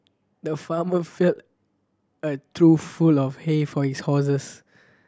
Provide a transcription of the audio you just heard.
the farmer filled a trough full of hay for his horses